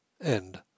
End